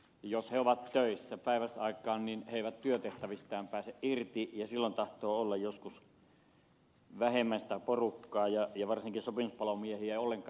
jos he ovat töissä päiväsaikaan niin he eivät työtehtävistään pääse irti ja silloin tahtoo olla joskus vähemmän sitä porukkaa ja varsinkaan sopimuspalomiehiä ei ollenkaan